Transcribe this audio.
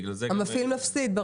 המפעיל מפסיד.